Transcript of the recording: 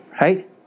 Right